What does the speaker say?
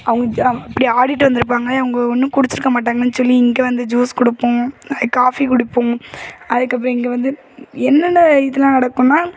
அவங்க இப்படி ஆடிட்டு வந்திருப்பாங்க அவங்க ஒன்றும் குடிச்சிருக்க மாட்டாங்கனு சொல்லி இங்கே வந்து ஜூஸ் கொடுப்போம் அது காஃபி கொடுப்போம் அதுக்கப்புறம் இங்கே வந்து என்னென்ன இதெலாம் நடக்குதுன்னா